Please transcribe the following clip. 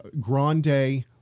grande